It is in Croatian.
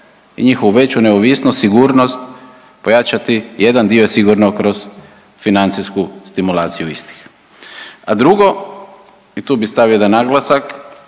i njihovu veću neovisnost, sigurnost pojačati jedan dio sigurno kroz financijsku stimulaciju istih. A drugo i tu bih stavio jedan naglasak